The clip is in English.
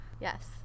Yes